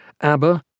ABBA